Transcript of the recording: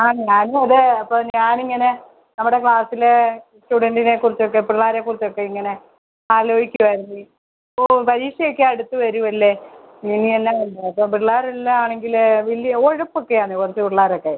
ആ ഞാനും അതെ അപ്പം ഞാനിങ്ങനെ നമ്മുടെ ക്ലാസ്സിലെ സ്റ്റുഡൻ്റിനെക്കുറിച്ചൊക്കെ പിള്ളാരെക്കുറിച്ചൊക്കെ ഇങ്ങനെ ആലോചിക്കുകയായിരുന്നേ ഓഹ് പരീക്ഷ ഒക്കെ അടുത്ത് വരികയല്ലേ ഇനി എന്നാൽ ഉണ്ട് അപ്പം പിള്ളാരെല്ലാം ആണെങ്കിൽ വലിയ ഉഴപ്പൊക്കെയാണെന്നേ കുറച്ച് പിള്ളാരൊക്കെ